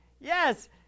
Yes